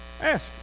Ask